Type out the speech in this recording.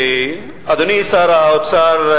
אדוני שר האוצר,